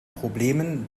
problemen